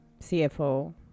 cfo